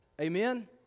Amen